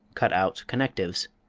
cut out connectives.